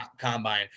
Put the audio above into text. combine